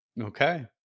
Okay